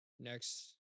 Next